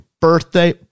birthday